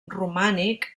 romànic